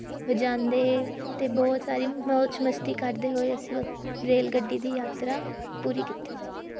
ਵਜਾਉਂਦੇ ਅਤੇ ਬਹੁਤ ਸਾਰੀ ਮੌਜ਼ ਮਸਤੀ ਕਰਦੇ ਹੋਏ ਅਸੀਂ ਉਹ ਰੇਲ ਗੱਡੀ ਦੀ ਯਾਤਰਾ ਪੂਰੀ ਕੀਤੀ ਸੀ